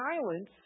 silence